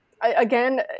Again